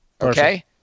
Okay